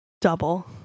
Double